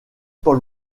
paul